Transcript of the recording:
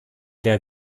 der